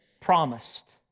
promised